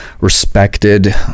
respected